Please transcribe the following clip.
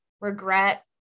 Regret